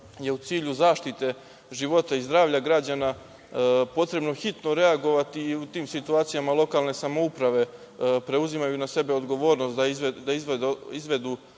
je u cilju zaštite života i zdravlja građana potrebno hitno reagovati i u tim situacijama lokalne samouprave preuzimaju na sebe odgovornost da izvedu